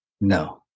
No